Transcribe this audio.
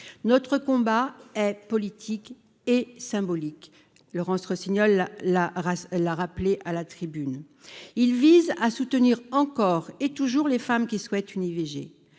notre combat est politique et symbolique, Laurence Rossignol, la race, elle a rappelé à la tribune, il vise à soutenir encore et toujours les femmes qui souhaitent une IVG,